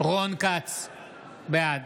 בעד